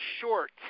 short